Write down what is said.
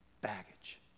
Baggage